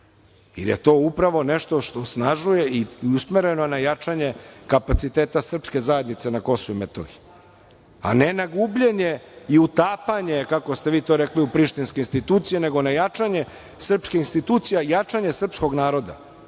jer je to upravo nešto što osnažuje i usmereno je na jačanje kapaciteta srpske zajednice na Kosovu i Metohiji, a ne na gubljenje i utapanje, kako ste vi to rekli u prištinske institucije, nego na jačanje srpskih institucija i jačanje srpskog naroda